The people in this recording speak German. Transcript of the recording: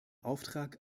auftrag